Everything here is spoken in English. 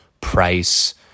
price